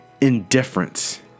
indifference